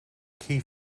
key